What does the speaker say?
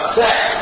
sex